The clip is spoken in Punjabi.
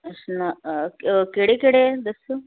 ਅੱਛਾ ਕਿਹੜੇ ਕਿਹੜੇ ਹੈ ਦੱਸਿਓ